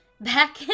Back